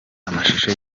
amashusho